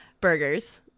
Burgers